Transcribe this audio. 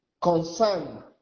concern